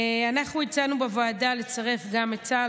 אנחנו הצענו בוועדה לצרף גם את צה"ל.